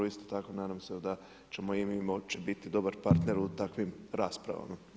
Isto tako nadam se da ćemo i mi moći biti dobar partner u takvim raspravama.